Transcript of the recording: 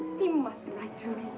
he must write to me.